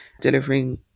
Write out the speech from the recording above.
delivering